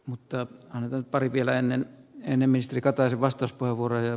mutta hän on pari vielä äänen enemmistö ikä tai vastus paavo raja